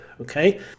Okay